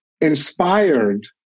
inspired